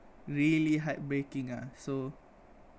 really heartbreaking lah so